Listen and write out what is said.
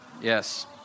yes